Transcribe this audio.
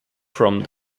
from